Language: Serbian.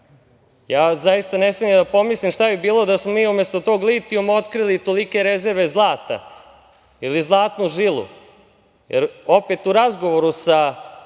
ja zaista ne smem ni da pomislim šta bi bilo da smo mi umesto tog litijuma otkrili tolike rezerve zlata ili zlatnu žilu? U razgovoru sa